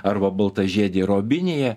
arba baltažiedė robinija